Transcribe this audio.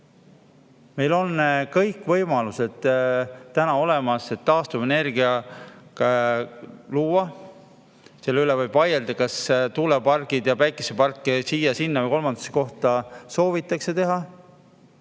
Meil on kõik võimalused olemas, et taastuvenergiat luua. Selle üle võib vaielda, kas tuuleparke ja päikeseparke siia, sinna või kolmandasse kohta soovitakse teha,